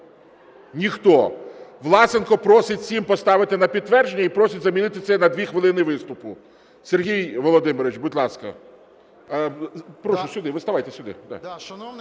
Ніхто. Власенко просить сім поставити на підтвердження і просить замінити це на 2 хвилини виступу. Сергій Володимирович, будь ласка. Прошу сюди, ви ставайте сюди.